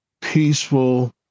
peaceful